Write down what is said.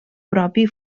propi